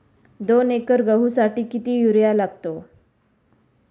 दोन एकर गहूसाठी किती युरिया लागतो?